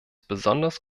besonders